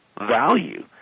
value